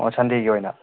ꯑꯣ ꯁꯟꯗꯦꯒꯤ ꯑꯣꯏꯅ